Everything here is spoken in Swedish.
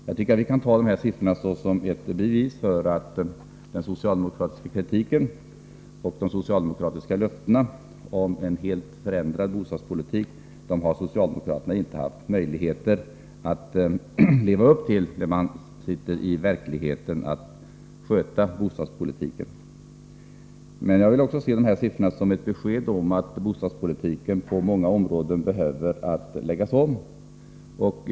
Jag tycker att vi kan ta de här siffrorna som bevis för att den socialdemokratiska kritiken och de socialdemokratiska löftena om en helt förändrad bostadspolitik inte harlett till att socialdemokraterna kunnat leva upp till sin målsättning då de i verkligheten skall sköta bostadspolitiken. Men jag vill också se dessa siffror som ett besked om att bostadspolitiken på många områden behöver läggas om.